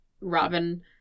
Robin